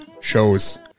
shows